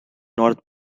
north